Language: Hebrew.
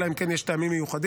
אלא אם כן יש טעמים מיוחדים,